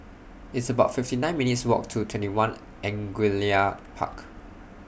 It's about fifty nine minutes' Walk to TwentyOne Angullia Park